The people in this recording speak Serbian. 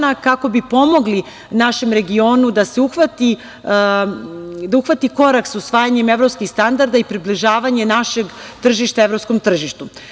kako bi pomogli našem regionu da uhvati korak sa usvajanjem evropskih standarda i približavanje našeg tržišta evropskom tržištu. Svakako